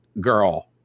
girl